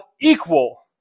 equal